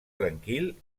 tranquil